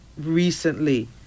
recently